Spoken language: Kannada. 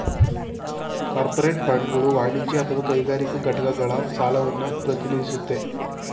ಕಾರ್ಪೋರೇಟ್ ಬಾಂಡ್ಗಳು ವಾಣಿಜ್ಯ ಅಥವಾ ಕೈಗಾರಿಕಾ ಘಟಕಗಳ ಸಾಲವನ್ನ ಪ್ರತಿನಿಧಿಸುತ್ತೆ